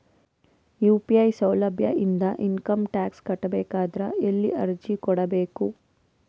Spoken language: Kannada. ಯು.ಪಿ.ಐ ಸೌಲಭ್ಯ ಇಂದ ಇಂಕಮ್ ಟಾಕ್ಸ್ ಕಟ್ಟಬೇಕಾದರ ಎಲ್ಲಿ ಅರ್ಜಿ ಕೊಡಬೇಕು?